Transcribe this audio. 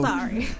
Sorry